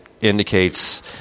indicates